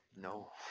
No